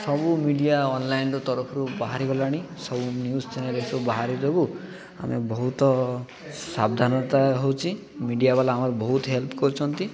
ସବୁ ମିଡ଼ିଆ ଅନଲାଇନ୍ରେ ତରଫରୁ ବାହାରିଗଲାଣି ସବୁ ନ୍ୟୁଜ୍ ଚ୍ୟାନେଲ୍ ଏସବୁ ବାହାର ଯୋଗୁଁ ଆମେ ବହୁତ ସାବଧାନତା ହେଉଛି ମିଡ଼ିଆ ବାଲା ଆମର ବହୁତ ହେଲ୍ପ କରୁଛନ୍ତି